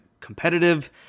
competitive